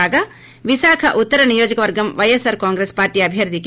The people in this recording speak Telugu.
కాగా విశాఖ ఉత్తరం నియోజకవర్గ Y S R Congress Party అభ్వర్గి కే